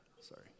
sorry